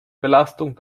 belastung